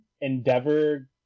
Endeavor